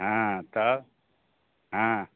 हँ तब हँ